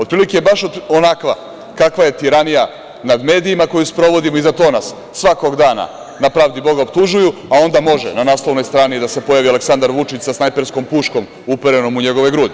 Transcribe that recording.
Otprilike baš onakva kakva je tiranija nad medijima koju sprovodimo i za to nas svakog dana na pravdi Boga optužuju, a onda može na naslovnoj strani da se pojavi Aleksandar Vučić sa snajperskom puškom uperenom u njegove grudi.